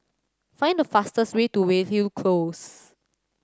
find the fastest way to Weyhill Close